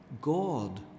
God